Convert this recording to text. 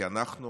כי אנחנו